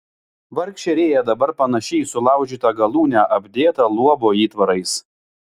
vargšė rėja dabar panaši į sulaužytą galūnę apdėtą luobo įtvarais